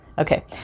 Okay